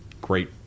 great